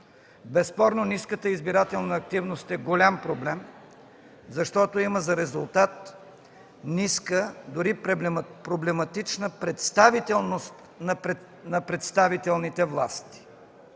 безспорно ниската избирателна активност е голям проблем, защото има за резултат ниска, дори проблематична представителност на представителните власти.